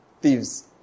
thieves